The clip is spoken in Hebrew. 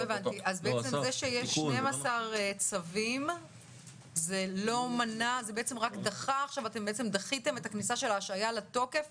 אז זה שיש 12 צווים זה רק דחה את ההשעיה לתוקף